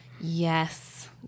Yes